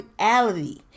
reality